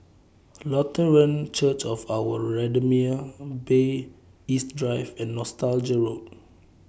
Lutheran Church of Our Redeemer Bay East Drive and Nostalgia Road